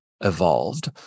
evolved